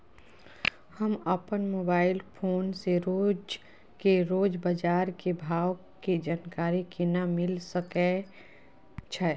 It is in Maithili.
हम अपन मोबाइल फोन से रोज के रोज बाजार के भाव के जानकारी केना मिल सके छै?